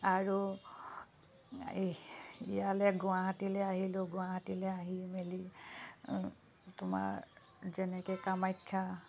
আৰু ইয়ালৈ গুৱাহাটীলৈ আহিলোঁ গুৱাহাটীলৈ আহি মেলি তোমাৰ যেনেকৈ কামাখ্যা